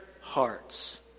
hearts